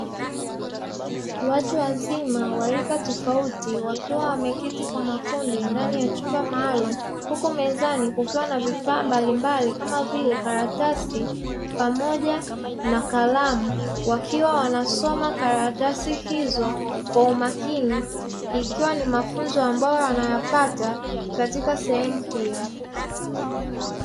Watu wazima wa rika tofauti wakiwa wameketi kwa makundi ndani ya chumba maalumu, huku mezani kukiwa na vifaa mbalimbali kama vile karatasi pamoja na kalamu wakiwa wanasoma karatasi hizo kwa umakini ikiwa ni mafunzo ambao wanayapata katika sehemu hiyo.